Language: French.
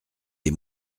des